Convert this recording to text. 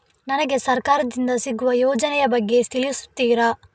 ನನಗೆ ಸರ್ಕಾರ ದಿಂದ ಸಿಗುವ ಯೋಜನೆ ಯ ಬಗ್ಗೆ ತಿಳಿಸುತ್ತೀರಾ?